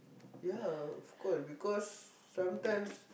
ya of course because sometimes